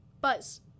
buzz